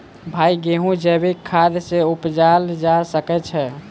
भाई गेंहूँ जैविक खाद सँ उपजाल जा सकै छैय?